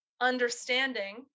Understanding